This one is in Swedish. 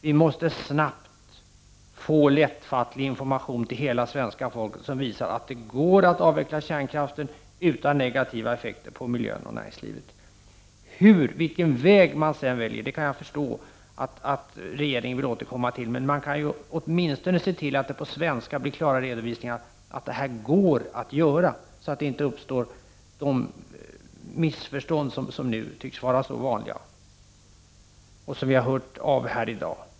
Vi måste snabbt få ut lättfattlig information till hela svenska folket som visar att det går att avveckla kärnkraften utan negativa effekter på miljö och näringsliv. Hur detta skall gå till och vilken väg man sedan väljer kan jag förstå att regeringen vill återkomma till, men man borde åtminstone se till att det på svenska blev klara redovisningar av att detta går att göra, så att det inte uppstår sådana missförstånd som nu tycks vara så vanliga och som vi har hört exempel på här i dag.